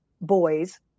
boys